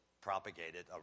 propagated